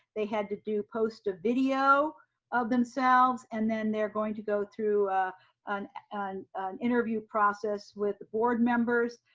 they had to do post a video of themselves, and then they're going to go through an interview process with the board members.